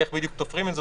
איך בדיוק תופרים את זה,